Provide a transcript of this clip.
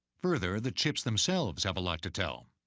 further, the chips themselves have a lot to tell.